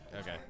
Okay